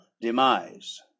demise